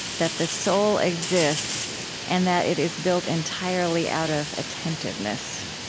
that the soul exists and that it is built entirely out of attentiveness.